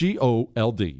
GOLD